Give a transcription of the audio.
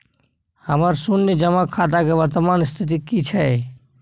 हमर शुन्य जमा खाता के वर्तमान स्थिति की छै?